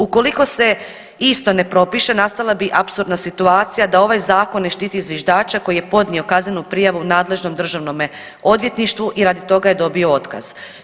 Ukoliko se isto ne propiše nastala bi apsurdna situacija da ovaj zakon ne štiti zviždača koji je podnio kaznenu prijavu nadležnom državnome odvjetništvu i radi toga je dobio otkaz.